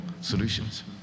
solutions